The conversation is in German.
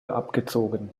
abgezogen